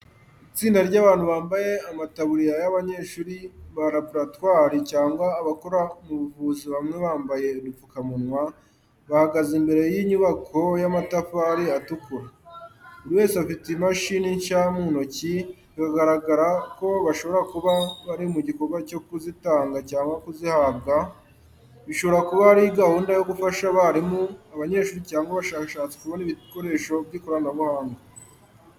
Itsinda ry’abantu bambaye amataburiya y’abanyeshuri ba laboratwari cyangwa abakora mu buvuzi bamwe bambaye udupfukamunwa, bahagaze imbere y’inyubako y’amatafari atukura. Buri wese afite mashini nshya mu ntoki, bikagaragaza ko bashobora kuba bari mu gikorwa cyo kuzitanga cyangwa kuzihabwa, bishobora kuba ari gahunda yo gufasha abarimu, abanyeshuri, cyangwa abashakashatsi kubona ibikoresho by’ikoranabuhanga.